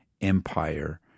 Empire